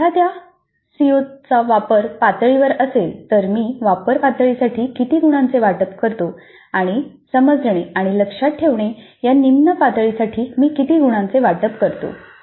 जर एखादा सीओ वापर पातळीवर असेल तर मी वापर पातळी साठी किती गुणांचे वाटप करतो आणि समजणे आणि लक्षात ठेवणे या निम्न पातळी साठी मी किती गुणांचे वाटप करतो